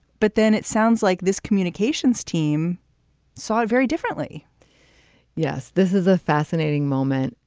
but then it sounds like this communications team saw it very differently yes. this is a fascinating moment.